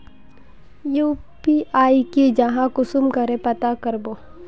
UPI की जाहा कुंसम करे पता करबो?